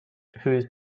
whose